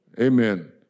Amen